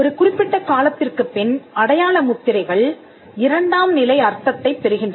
ஒரு குறிப்பிட்ட காலத்திற்குப் பின் அடையாள முத்திரைகள் இரண்டாம் நிலை அர்த்தத்தைப் பெறுகின்றன